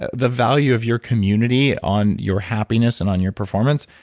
ah the value of your community on your happiness and on your performance.